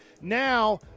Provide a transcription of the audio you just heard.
Now